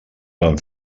van